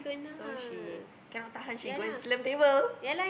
so she cannot tahan she go and slam table